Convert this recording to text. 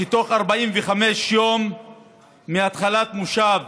שתוך 45 יום מהתחלת מושב